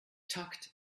tucked